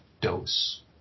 dose